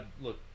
look